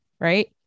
Right